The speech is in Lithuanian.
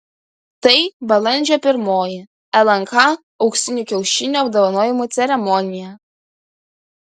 tai balandžio pirmoji lnk auksinių kiaušinių apdovanojimų ceremonija